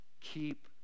keep